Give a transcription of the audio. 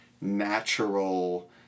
natural